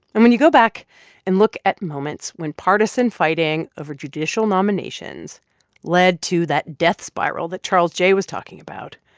and when you go back and look at moments when partisan fighting over judicial nominations led to that death spiral that charles geyh was talking about,